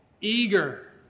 eager